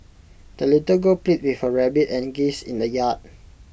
the little girl played with her rabbit and geese in the yard